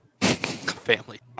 Family